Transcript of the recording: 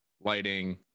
lighting